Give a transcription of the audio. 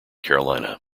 carolina